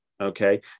Okay